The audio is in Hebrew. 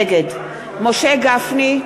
נגד משה גפני,